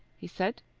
he said,